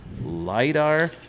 LIDAR